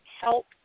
Help